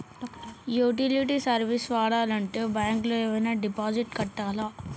Utility service వాడాలంటే bank లో ఏమైనా డిపాజిట్ కట్టాలా?